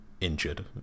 injured